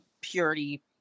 purity